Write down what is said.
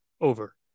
over